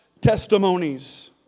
testimonies